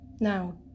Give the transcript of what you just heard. Now